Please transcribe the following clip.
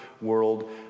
world